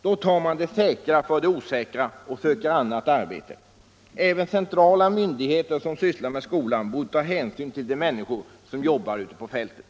Då tar man det säkra för det osäkra och söker annat arbete. Även centrala myndigheter som sysslar med skolan borde ta hänsyn till de människor som jobbar ute på fältet.